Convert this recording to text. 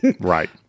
Right